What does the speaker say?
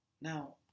Now